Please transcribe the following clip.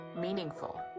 meaningful